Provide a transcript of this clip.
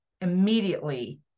immediately